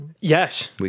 Yes